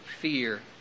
fear